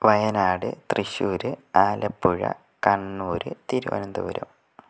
Wayanad Thrissur Alappuzha Kannur Thiruvananthapuram